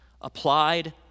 applied